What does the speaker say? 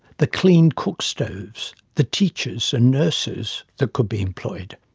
the clean cook stoves, the teachers and nurses that could be employed.